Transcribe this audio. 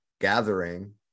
gathering